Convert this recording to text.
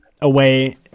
away